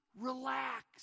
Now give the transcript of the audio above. relax